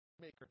maker